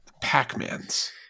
Pac-Mans